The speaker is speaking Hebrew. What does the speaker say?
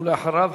ואחריו,